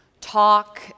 talk